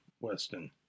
Weston